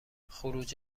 خروج